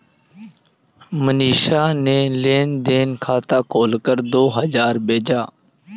मनीषा ने लेन देन खाता खोलकर दो हजार भेजा